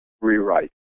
rewrite